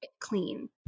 clean